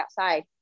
outside